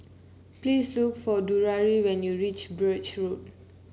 please look for Drury when you reach Birch Road